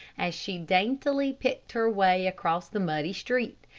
as she daintily picked her way across the muddy street.